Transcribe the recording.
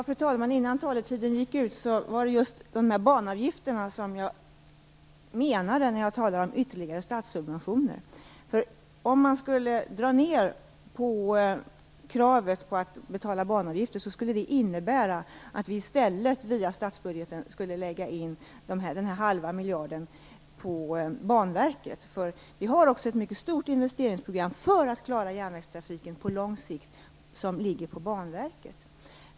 Fru talman! Det var just banavgifterna jag menade när jag talade om ytterligare statssubventioner. Om man skulle dra ned på kravet på att betala banavgifter skulle det innebära att vi i stället via statsbudgeten skulle lägga in den halva miljarden på Banverket. Vi har nämligen också ett mycket stort investeringsprogram för att klara järnvägstrafiken på lång sikt som ligger på Banverket.